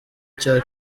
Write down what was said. cya